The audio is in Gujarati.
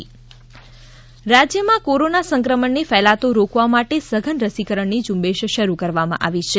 ર સીકરણ રાજ્યમાં કોરોના સંક્રમણને ફેલાતો રોકવા માટે સઘન રસીકરણની ઝ઼ંબેશ શરૃ કરવામાં આવી છે